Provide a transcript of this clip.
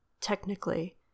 technically